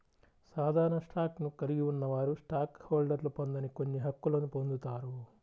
సాధారణ స్టాక్ను కలిగి ఉన్నవారు స్టాక్ హోల్డర్లు పొందని కొన్ని హక్కులను పొందుతారు